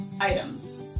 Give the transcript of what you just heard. items